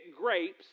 grapes